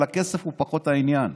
אבל הכסף הוא פחות העניין,